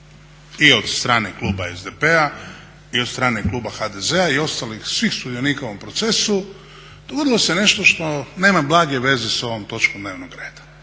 i od strane kluba SDP-a i od strane kluba HDZ-a i ostalih svih sudionika u ovom procesu dogodilo se nešto što nema blage veze s ovom točkom dnevnog reda.